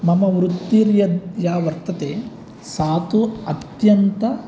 मम वृर्त्तियत् या वर्तते सा तु अत्यन्त